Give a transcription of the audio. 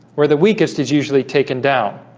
where the weakest is usually taken down